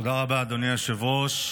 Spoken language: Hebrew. תודה רבה, אדוני היושב-ראש.